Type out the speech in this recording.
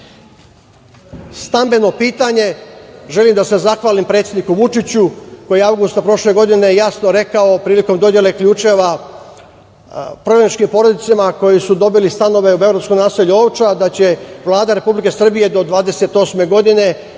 borbu. Stambeno pitanje. Želim da se zahvalim predsedniku Vučiću koji je avgusta prošle godine jasno rekao, prilikom dodele ključeva prognaničkim porodicama koji su dobili stanove u beogradskom naselju Ovča, da će Vlada Republike Srbije do 2028. godine